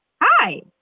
Hi